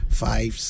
five